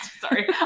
sorry